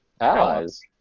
allies